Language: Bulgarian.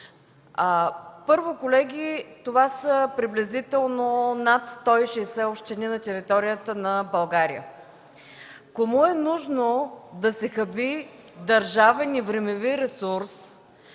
Първо, колеги, това са приблизително над 160 общини на територията на България. Кому е нужно да се хаби държавен и времеви ресурс,